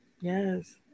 Yes